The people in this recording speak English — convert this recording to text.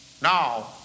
Now